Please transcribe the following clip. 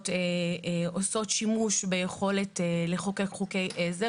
עושות שימוש ביכולת לחוקק חוקי עזר,